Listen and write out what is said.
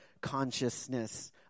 consciousness